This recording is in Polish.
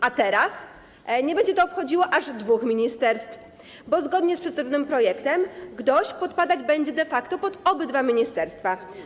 A teraz nie będzie to obchodziło aż dwóch ministerstw, bo zgodnie z przedstawionym projektem GDOŚ podlegać będzie de facto obydwu ministerstwom.